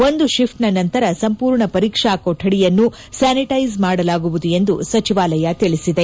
ಒಂದು ಶಿಫ್ಪನ ನಂತರ ಸಂಪೂರ್ಣ ಪರೀಕ್ಷಾ ಕೊಠಡಿಯನ್ನು ಸ್ಲಾನಿಟ್ಲೆಸ್ ಮಾಡಲಾಗುವುದು ಎಂದು ಸಚಿವಾಲಯ ತಿಳಿಸಿದೆ